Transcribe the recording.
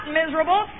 miserable